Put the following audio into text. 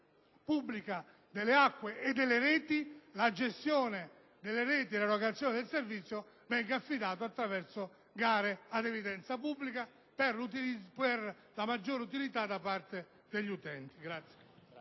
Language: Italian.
pubblica delle acque e delle reti, la gestione delle reti e l'erogazione del servizio vengano affidate attraverso gare ad evidenza pubblica per un maggior vantaggio degli utenti.